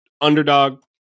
Underdog